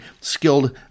skilled